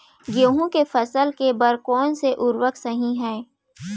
गेहूँ के फसल के बर कोन से उर्वरक सही है?